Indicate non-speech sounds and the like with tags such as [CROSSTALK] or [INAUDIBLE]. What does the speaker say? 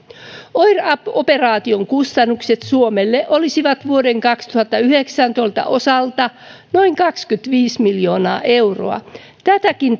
oir operaation kustannukset suomelle olisivat vuoden kaksituhattayhdeksäntoista osalta noin kaksikymmentäviisi miljoonaa euroa tätäkään [UNINTELLIGIBLE]